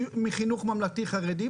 מחינוך ממלכתי-חרדי.